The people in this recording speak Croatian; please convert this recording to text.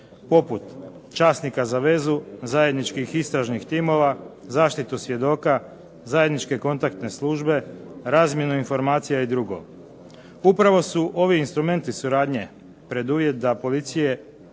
poput časnika za vezu, zajedničkih istražnih timova, zaštitu svjedoka, zajedničke kontaktne službe, razmjenu informacija i drugo. Upravo su ovi instrumenti suradnje preduvjet da policije